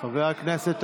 למה הם יוצאים?